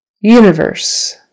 universe